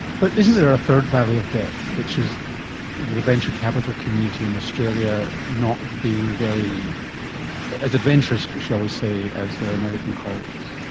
but isn't there a third valley of death which is the venture capital community in australia not being as adventurous, shall we say, as their american colleagues?